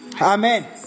Amen